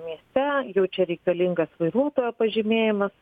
mieste jau čia reikalingas vairuotojo pažymėjimas